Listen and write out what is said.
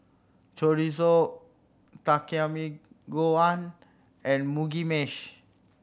Chorizo Takikomi Gohan and Mugi Meshi